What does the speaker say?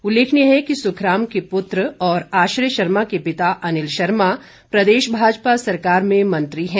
उल्लेखनीय है कि सुखराम के पुत्र और आश्रय शर्मा के पिता अनिल शर्मा प्रदेश भाजपा सरकार में मंत्री हैं